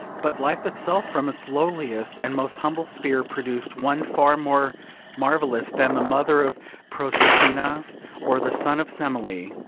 but life itself from its lowliest and most humble sphere produced one far more marvellous than the mother of proserpina or the son of semele.